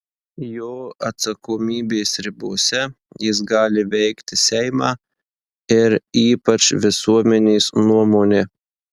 jo atsakomybės ribose jis gali veikti seimą ir ypač visuomenės nuomonę